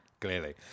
clearly